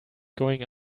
going